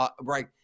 right